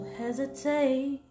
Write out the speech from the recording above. hesitate